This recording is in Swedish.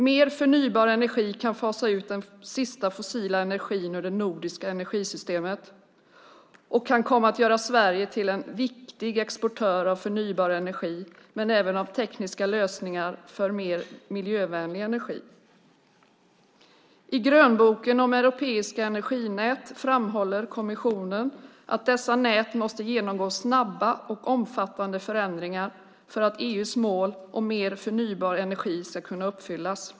Mer förnybar energi kan fasa ut den sista fossila energin ur det nordiska energisystemet och komma att göra Sverige till en viktig exportör av förnybar energi, men även av tekniska lösningar för mer miljövänlig energi. I grönboken om europeiska energinät framhåller kommissionen att dessa nät måste genomgå snabba och omfattande förändringar för att EU:s mål om mer förnybar energi ska kunna uppfyllas.